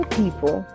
people